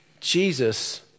Jesus